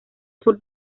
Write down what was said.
sur